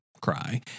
cry